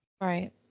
Right